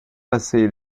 passé